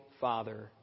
father